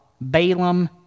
Balaam